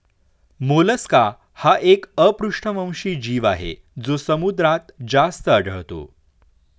Mollusca हा एक अपृष्ठवंशी जीव आहे जो समुद्रात जास्त आढळतो